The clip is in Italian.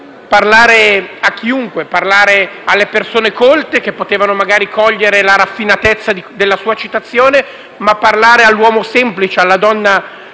parlare a chiunque: alle persone colte, che potevano magari cogliere la raffinatezza della sua citazione, ma anche all'uomo semplice, alla donna del